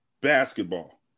basketball